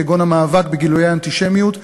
כגון המאבק בגילויי האנטישמיות,